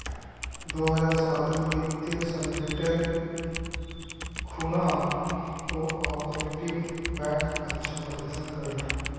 दो हज़ार साटेर वित्तीय संकटेर खुणा कोआपरेटिव बैंक अच्छा प्रदर्शन कर ले